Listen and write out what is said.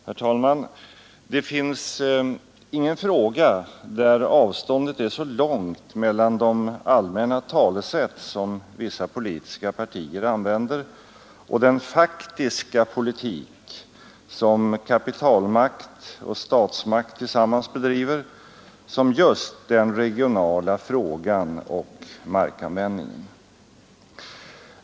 Herr talman! Det finns ingen fråga där avståndet är så långt mellan de allmänna talesätt som vissa politiska partier använder och den faktiska politik som kapitalmakt och statsmakt tillsammans bedriver som just den regionala frågan och markanvändningen.